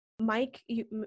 Mike